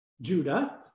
Judah